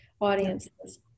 audiences